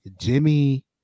Jimmy